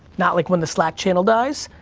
not like when the slack channel dies.